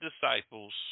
disciples